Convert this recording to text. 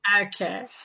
Okay